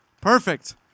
Perfect